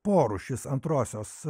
porūšis antrosios